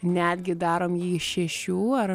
netgi darom jį šešių ar